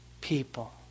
people